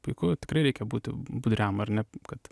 puiku tikrai reikia būti budriam ar ne kad